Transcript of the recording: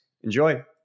Enjoy